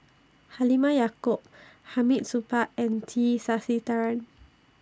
Halimah Yacob Hamid Supaat and T Sasitharan